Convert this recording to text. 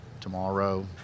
tomorrow